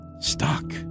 stuck